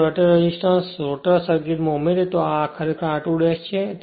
જો resistor rotor સર્કિટઉમેરીએ તો આ ખરેખર r2 છે